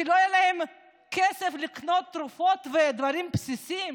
שלא יהיה להם כסף לקנות תרופות ודברים בסיסיים?